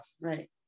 right